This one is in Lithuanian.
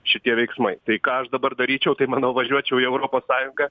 šitie veiksmai tai ką aš dabar daryčiau tai manau važiuočiau į europos sąjungą